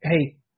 hey